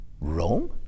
Rome